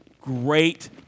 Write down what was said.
great